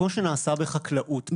כמו שנעשה בחקלאות.